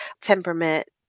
temperament